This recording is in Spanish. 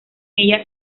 ella